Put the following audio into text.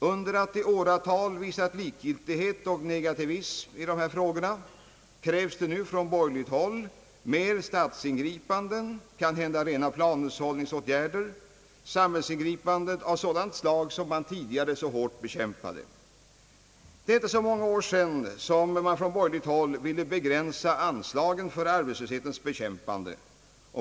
Efter att i åratal ha visat likgiltighet och negativism i dessa frågor krävs det nu från borgerligt håll mer statsingripanden, kanhända rena planhushållningsåtgärder, samhällsingripanden av sådant slag som man tidigare hårt bekämpade. Det är inte så många år sedan man från borgerligt håll ville begränsa anslagen för arbetslöshetens bekämpande.